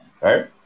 right